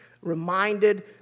reminded